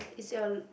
is your